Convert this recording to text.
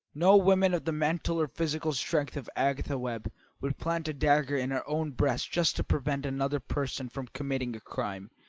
no woman of the mental or physical strength of agatha webb would plant a dagger in her own breast just to prevent another person from committing a crime,